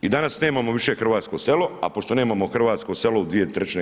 I danas nemamo više hrvatsko selo, a pošto nemamo hrvatsko selo u 2/